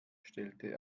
stellte